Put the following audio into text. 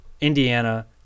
Indiana